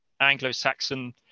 Anglo-Saxon